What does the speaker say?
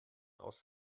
aus